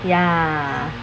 ya